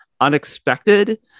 unexpected